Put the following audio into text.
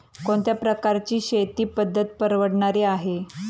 कोणत्या प्रकारची शेती पद्धत परवडणारी आहे?